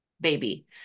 baby